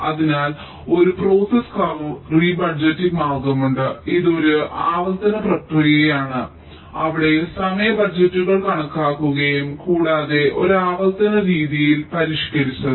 അതിനാൽ ഒരു process curve rebudgeting മാർഗ്ഗമുണ്ട് ഇത് ഒരു ആവർത്തന പ്രക്രിയയാണ് അവിടെ സമയ ബജറ്റുകൾ കണക്കാക്കുകയും കൂടാതെ ഒരു ആവർത്തന രീതിയിൽ പരിഷ്ക്കരിച്ചത്